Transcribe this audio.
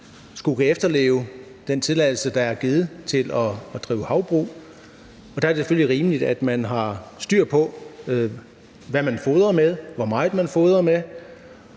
skal man sige, efterleve den tilladelse, der er givet, til at drive havbrug. Der er det selvfølgelig rimeligt, at man har styr på, hvad man fodrer med, hvor meget man fodrer med,